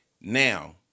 Now